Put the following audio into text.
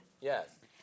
Yes